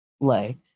lay